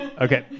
Okay